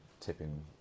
tipping